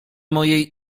mojej